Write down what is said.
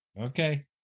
Okay